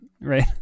right